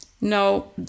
no